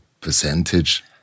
percentage